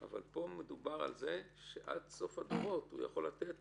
אבל פה מדובר על זה שעד סוף הדורות הוא יכול לתת